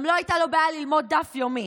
גם לא הייתה לו בעיה ללמוד דף יומי.